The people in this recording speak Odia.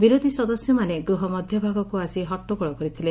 ବିରୋଧୀ ସଦସ୍ୟମାନେ ଗୃହ ମଧ୍ଧଭାଗକୁ ଆସି ହଟଟଗୋଳ କରିଥିଲେ